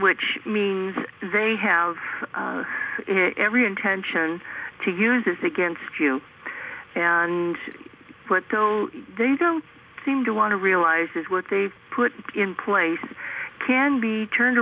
which means they have every intention to use it against you and what though they don't seem to want to realize is what they put in place can be turned